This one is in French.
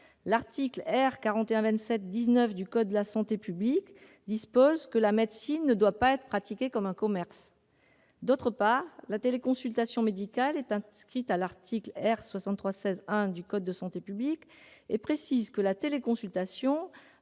L'article R. 4127-19 du code de la santé publique dispose que la médecine ne doit pas être pratiquée comme un commerce. D'autre part, la téléconsultation médicale figure à l'article R. 6316-1 de ce même code, qui précise que la téléconsultation